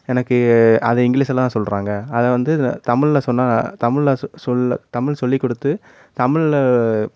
எனக்கு அதை இங்கிலீஷில் தான் சொல்கிறாங்க அதை வந்து தமிழில் சொன்னால் தமிழில் சொல்ல தமிழ் சொல்லிக் கொடுத்து தமில்ல